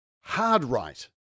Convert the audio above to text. hard-right